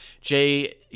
Jay